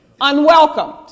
unwelcomed